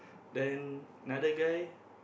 then another guy